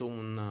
un